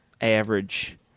average